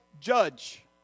judge